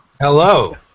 Hello